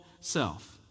self